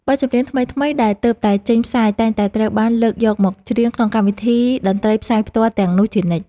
បទចម្រៀងថ្មីៗដែលទើបតែចេញផ្សាយតែងតែត្រូវបានលើកយកមកច្រៀងក្នុងកម្មវិធីតន្ត្រីផ្សាយផ្ទាល់ទាំងនោះជានិច្ច។